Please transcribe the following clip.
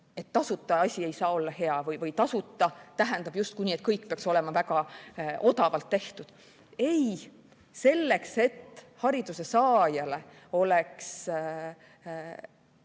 tasuta asi ei saa olla hea või et "tasuta" tähendab justkui seda, et kõik peaks olema väga odavalt tehtud. Ei, selle nimel, et hariduse saajale oleks